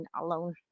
alone